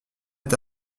est